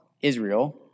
Israel